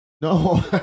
No